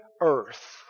earth